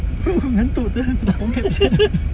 ngantuk terus